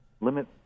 limit